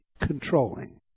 controlling